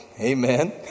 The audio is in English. amen